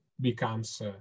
becomes